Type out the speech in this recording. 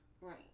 Right